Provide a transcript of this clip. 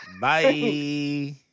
Bye